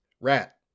Rat